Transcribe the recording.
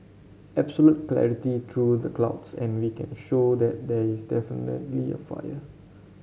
absolute clarity through the clouds and we can show that there is definitely a fire